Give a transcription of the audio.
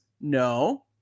No